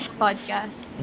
podcast